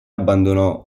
abbandonò